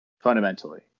fundamentally